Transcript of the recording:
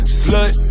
slut